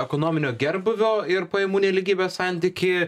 ekonominio gerbūvio ir pajamų nelygybės santykį